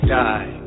die